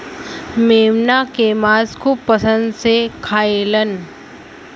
मेमना के मांस खूब पसंद से खाएलन